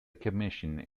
commission